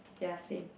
ya same